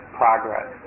progress